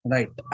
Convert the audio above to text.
Right